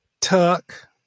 tuck